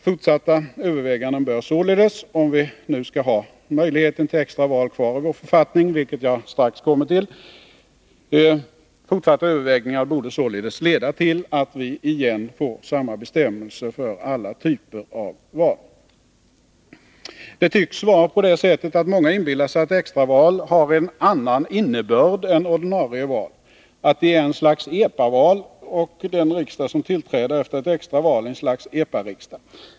Fortsatta överväganden bör således — om vi nu skall ha möjligheten till extra val kvar i vår författning, vilket jag strax kommer till — leda till att vi återigen får samma bestämmelser för alla typer av val. Det tycks vara på det sättet att många inbillar sig att extra val har en annan innebörd än ordinarie val, att de är ett slags EPA-val och den riksdag som tillträder efter ett extra val ett slags EPA-riksdag.